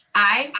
aye.